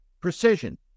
precision